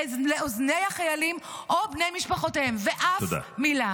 לאוזני החיילים או בני משפחותיהם ואף מילה.